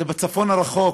זה בצפון הרחוק.